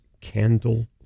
candle